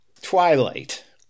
Twilight